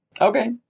Okay